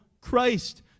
Christ